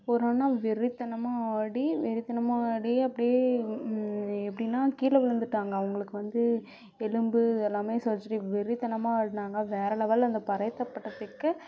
ஒரு அண்ணா வெறித்தனமாக ஆடி வெறித்தனமாக ஆடி அப்படியே எப்படின்னா கீழ விழுந்துட்டாங்க அவங்களுக்கு வந்து எலும்பு இதெல்லாமே சர்ஜரி வெறித்தனமாக ஆடுனாங்க வேறு லெவலில் அந்த பறை தப்பட்டைக்கு